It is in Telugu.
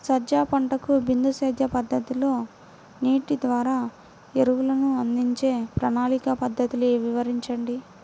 సజ్జ పంటకు బిందు సేద్య పద్ధతిలో నీటి ద్వారా ఎరువులను అందించే ప్రణాళిక పద్ధతులు వివరించండి?